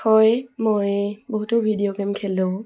হয় মই বহুতো ভিডিঅ' গেইম খেলোঁ